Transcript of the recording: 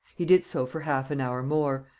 he did so for half an hour more,